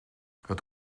het